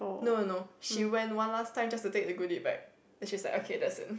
no no no she went one last time just to take the goodie bag then she's like okay that's it